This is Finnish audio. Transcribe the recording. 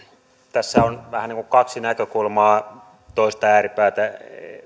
tässä on vähän niin kuin kaksi näkökulmaa toista ääripäätä